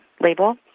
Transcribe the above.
label